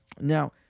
Now